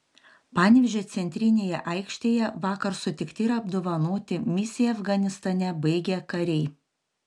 panevėžio centrinėje aikštėje vakar sutikti ir apdovanoti misiją afganistane baigę kariai